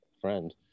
friend